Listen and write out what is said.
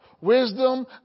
wisdom